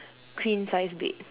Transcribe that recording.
queen sized bed